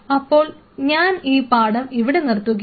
അപ്പോൾ ഞാൻ ഈ പാഠം ഇവിടെ നിർത്തുകയാണ്